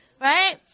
right